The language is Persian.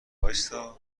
وایستا